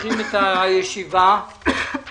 אנחנו ממשיכים את ישיבת ועדת הכספים.